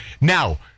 Now